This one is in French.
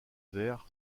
vert